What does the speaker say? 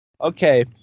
okay